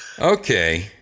Okay